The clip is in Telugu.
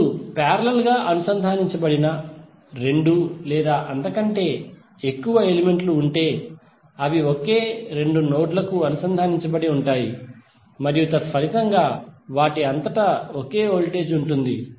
ఇప్పుడు పారేలల్ గా అనుసంధానించబడిన రెండు లేదా అంతకంటే ఎక్కువ ఎలిమెంట్లు ఉంటే అవి ఒకే రెండు నోడ్ లకు అనుసంధానించబడి ఉంటాయి మరియు తత్ఫలితంగా వాటి అంతటా ఒకే వోల్టేజ్ ఉంటుంది